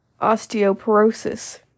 osteoporosis